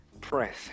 press